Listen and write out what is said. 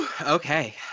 Okay